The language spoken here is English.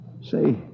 Say